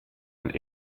and